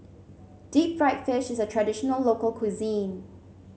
Deep Fried Fish is a traditional local cuisine